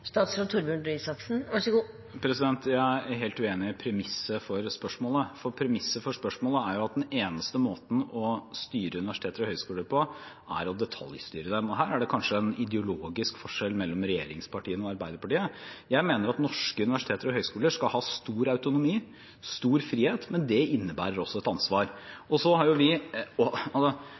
Jeg er helt uenig i premisset for spørsmålet, for premisset for spørsmålet er at den eneste måten å styre universiteter og høyskoler på er å detaljstyre dem. Og her er det kanskje en ideologisk forskjell mellom regjeringspartiene og Arbeiderpartiet. Jeg mener at norske universiteter og høyskoler skal ha stor autonomi, stor frihet, men det innebærer også et ansvar. Det er vanskelig å beskylde denne regjeringen og dette stortingsflertallet for ikke også å satse på både klare og